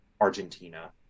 argentina